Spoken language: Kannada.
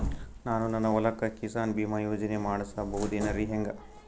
ನಾನು ನನ್ನ ಹೊಲಕ್ಕ ಕಿಸಾನ್ ಬೀಮಾ ಯೋಜನೆ ಮಾಡಸ ಬಹುದೇನರಿ ಹೆಂಗ?